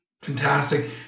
fantastic